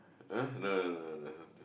ah no no no no